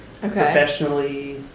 professionally